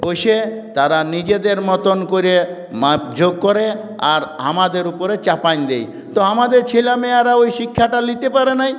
বসে তারা নিজেদের মতন করে মাপ ঝোঁক করে আর আমাদের উপরে চাপিয়ে দেয় তো আমাদের ছেলে মেয়েরা ওই শিক্ষাটা নিতে পারে না